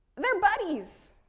they're buddies.